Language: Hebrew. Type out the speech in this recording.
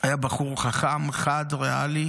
היה בחור חכם, חד, ריאלי